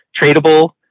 tradable